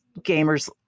gamers